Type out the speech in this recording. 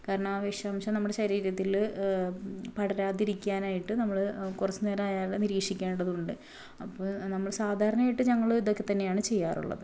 കാരണം ആ വിഷാംശം നമ്മുടെ ശരീരത്തില് പടരാതിരിക്കാനായിട്ട് നമ്മള് കുറച്ച് നേരം അയാളെ നിരീക്ഷിക്കേണ്ടതുണ്ട് അപ്പോൾ നമ്മള് സാധാരണയായിട്ട് ഞങ്ങള് ഇതൊക്കെ തന്നെയാണ് ചെയ്യാറുള്ളത്